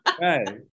right